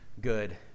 good